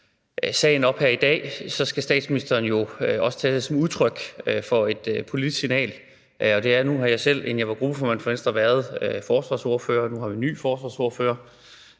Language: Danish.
sagen op her i dag, skal statsministeren jo også tage det som et udtryk for et politisk signal. Nu har jeg selv, inden jeg var gruppeformand for Venstre, været forsvarsordfører, og nu har vi en ny forsvarsordfører,